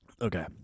Okay